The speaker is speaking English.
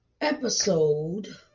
episode